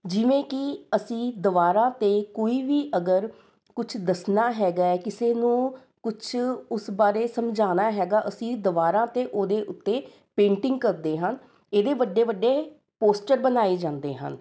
ਜਿਵੇਂ ਕਿ ਅਸੀਂ ਦਵਾਰਾਂ 'ਤੇ ਕੋਈ ਵੀ ਅਗਰ ਕੁਛ ਦੱਸਣਾ ਹੈਗਾ ਏ ਕਿਸੇ ਨੂੰ ਕੁਛ ਉਸ ਬਾਰੇ ਸਮਝਾਉਣਾ ਹੈਗਾ ਅਸੀਂ ਦੀਵਾਰ 'ਤੇ ਉਹਦੇ ਉੱਤੇ ਪੇਂਟਿੰਗ ਕਰਦੇ ਹਾਂ ਇਹਦੇ ਵੱਡੇ ਵੱਡੇ ਪੋਸਟਰ ਬਣਾਏ ਜਾਂਦੇ ਹਨ